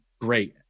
great